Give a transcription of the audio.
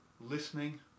listening